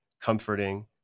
comforting